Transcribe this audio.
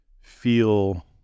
feel